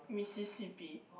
Mississippi